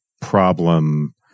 problem